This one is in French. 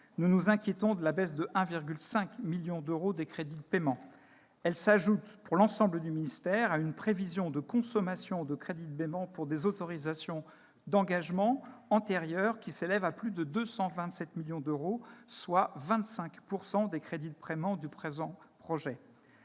nous nous inquiétons de la baisse de 1,5 million d'euros des crédits de paiement. Cette baisse s'ajoute, pour l'ensemble du ministère, à une prévision de consommation de crédits de paiement pour des autorisations d'engagement antérieures qui s'élève à plus de 227 millions d'euros, soit 25 % des crédits de paiement du présent projet